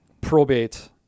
probate